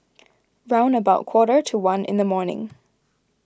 round about quarter to one in the morning